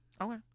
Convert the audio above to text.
Okay